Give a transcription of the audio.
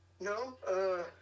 No